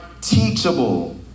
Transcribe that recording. teachable